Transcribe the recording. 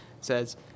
says